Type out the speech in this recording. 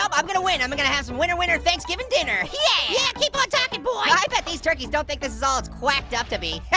i'm gonna win! i'm gonna have some winner, winner thanksgiving dinner, yeah! yeah keep on talkin' boy! i bet these turkeys don't think this is all it's quaked up to be! yeah